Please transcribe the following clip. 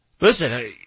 listen